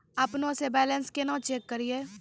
अपनों से बैलेंस केना चेक करियै?